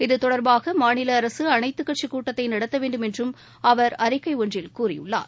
இதுதொடர்பாகமாநிலஅரசுஅனைத்துக் கட்சிகூட்டத்தைநடத்தவேண்டும் என்றம் அவர் அறிக்கைஒன்றில் கூறியுள்ளார்